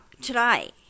today